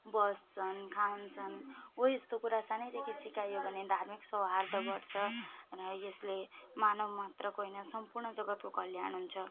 बस्छन् खान्छन् हो यस्तो कुरा सानैदेखि सिकाइयो भने धार्मिक सौहार्द बढ्छ र यसले मानव मात्रको होइन सम्पूर्ण जगतको कल्याण हुन्छ